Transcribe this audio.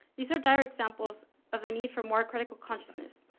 these are dire examples of the need for more critical consciousness.